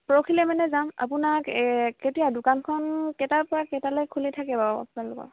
পৰহিলৈ মানে যাম আপোনাক কেতিয়া দোকানখন কেইটাৰ পৰা কেইটালৈ খুলি থাকে বাৰু আপোনালোকৰ